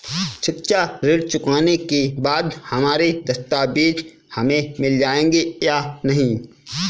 शिक्षा ऋण चुकाने के बाद हमारे दस्तावेज हमें मिल जाएंगे या नहीं?